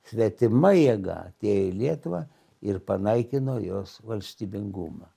svetima jėga atėjo į lietuvą ir panaikino jos valstybingumą